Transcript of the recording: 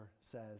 says